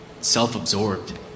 self-absorbed